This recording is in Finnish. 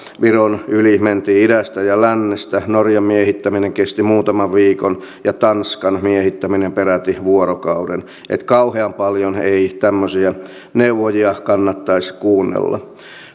viron yli mentiin idästä ja lännestä norjan miehittäminen kesti muutaman viikon ja tanskan miehittäminen peräti vuorokauden niin että kauhean paljon ei tämmöisiä neuvojia kannattaisi kuunnella